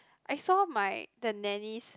I saw my the nanny's